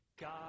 God